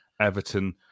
Everton